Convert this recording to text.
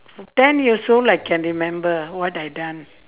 ten years old I can remember what I done